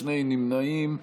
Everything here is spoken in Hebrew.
שני נמנעים.